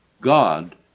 God